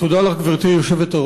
תודה לך, גברתי היושבת-ראש.